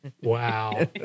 Wow